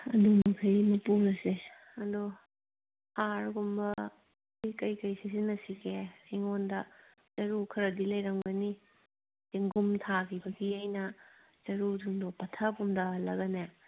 ꯑꯗꯨ ꯃꯈꯩ ꯑꯃ ꯄꯨꯔꯁꯦ ꯑꯗꯣ ꯍꯥꯔꯒꯨꯝꯕ ꯀꯔꯤ ꯀꯔꯤ ꯁꯤꯖꯤꯟꯅꯁꯤꯒꯦ ꯑꯩꯉꯣꯟꯗ ꯆꯔꯨ ꯈꯔꯗꯤ ꯂꯩꯔꯝꯒꯅꯤ ꯆꯦꯡꯒꯨꯝ ꯊꯥꯈꯤꯕꯒꯤ ꯑꯩꯅ ꯆꯔꯨꯗꯨ ꯄꯠꯊ ꯄꯨꯝꯊꯍꯜꯂꯒꯅꯦ